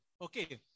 Okay